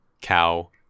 cow